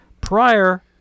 prior